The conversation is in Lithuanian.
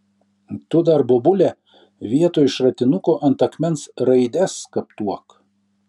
tu dar bobule vietoj šratinuko ant akmens raides skaptuok